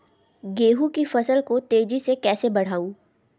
गेहूँ की फसल को तेजी से कैसे बढ़ाऊँ?